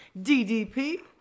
DDP